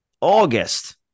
August